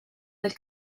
del